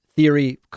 theory